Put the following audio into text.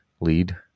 lead